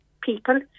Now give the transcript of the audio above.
People